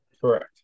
Correct